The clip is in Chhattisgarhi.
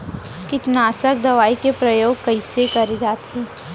कीटनाशक दवई के प्रयोग कइसे करे जाथे?